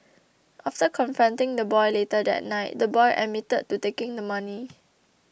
after confronting the boy later that night the boy admitted to taking the money